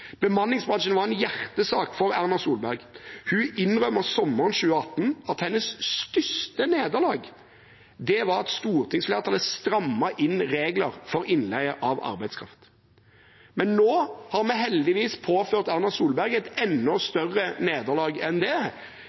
Bemanningsbransjen var en hjertesak for Erna Solberg. Hun innrømmet sommeren 2018 at hennes største nederlag var at stortingsflertallet strammet inn regler for innleie av arbeidskraft. Men nå har vi heldigvis påført Erna Solberg et enda større nederlag enn det,